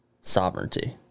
sovereignty